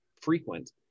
frequent